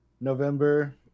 November